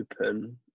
open